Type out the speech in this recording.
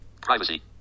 Privacy